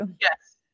Yes